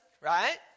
right